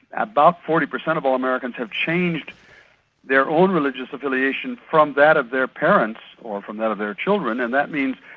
about forty per cent of all americans have changed their own religious affiliation from that of their parents or from that of their children, and that means,